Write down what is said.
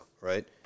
right